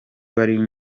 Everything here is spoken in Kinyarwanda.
bari